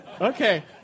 Okay